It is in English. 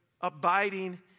abiding